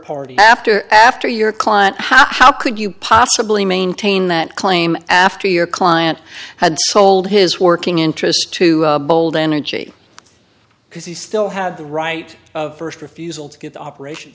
party after after your client how could you possibly maintain that claim after your client had sold his working interest to bold energy because he still had the right of first refusal to get the operation